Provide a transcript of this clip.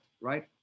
right